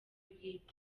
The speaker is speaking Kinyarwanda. bwite